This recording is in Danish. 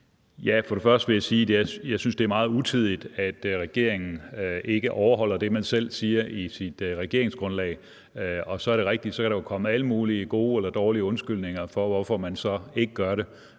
(DD): Først vil jeg sige, at jeg synes, det er meget utidigt, at regeringen ikke overholder det, man selv siger i sit regeringsgrundlag. Så er det rigtigt, at der kan komme alle mulige gode eller dårlige undskyldninger for, hvorfor man så ikke gør det.